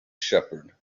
shepherd